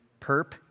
perp